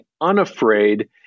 unafraid